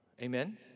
Amen